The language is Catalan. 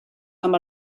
amb